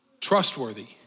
trustworthy